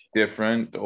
different